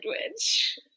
sandwich